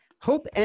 hope